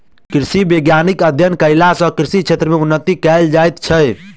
कृषि विज्ञानक अध्ययन कयला सॅ कृषि क्षेत्र मे उन्नति कयल जाइत छै